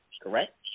correct